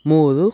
ಮೂರು